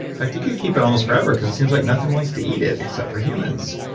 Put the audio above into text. in fact, you could keep it almost forever because it seems like nothing wants to eat it except for humans.